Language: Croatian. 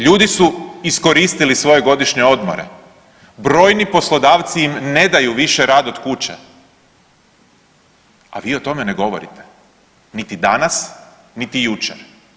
Ljudi su iskoristili svoje godišnje odmore, brojni poslodavci im ne daju više rad od kuće, a vi o tome ne govorite, niti danas, niti jučer.